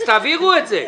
תעבירו את זה.